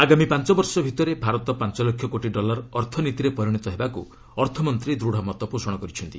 ଆଗାମୀ ପାଞ୍ଚ ବର୍ଷ ଭିତରେ ଭାରତ ପାଞ୍ଚ ଲକ୍ଷ କୋଟି ଡଲାର ଅର୍ଥନୀତିରେ ପରିଣତ ହେବାକ୍ ଅର୍ଥମନ୍ତ୍ରୀ ଦୂଢ଼ ମତପୋଷଣ କରିଛନ୍ତି